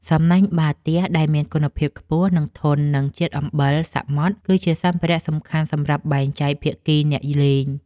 សំណាញ់បាល់ទះដែលមានគុណភាពខ្ពស់ និងធន់នឹងជាតិអំបិលសមុទ្រ គឺជាសម្ភារៈសំខាន់សម្រាប់បែងចែកភាគីអ្នកលេង។